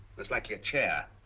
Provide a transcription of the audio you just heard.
most likely a chair.